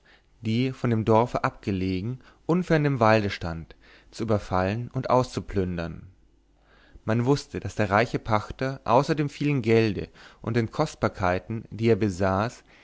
die von dem dorfe abgelegen unfern dem walde stand zu überfallen und auszuplündern man wußte daß der pachter außer dem vielen gelde und den kostbarkeiten die er besaß